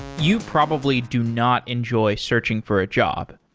you probably do not enjoy searching for a job.